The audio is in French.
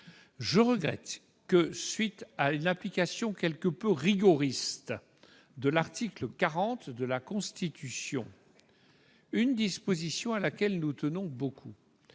je regrette que, à la suite d'une application quelque peu rigoriste de l'article 40 de la Constitution, une disposition à laquelle nous tenions beaucoup,